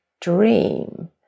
dream